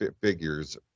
figures